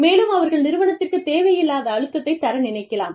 மேலும் அவர்கள் நிறுவனத்திற்கு தேவையில்லாத அழுத்தத்தை தர நினைக்கலாம்